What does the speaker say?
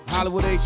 Hollywood